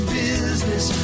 business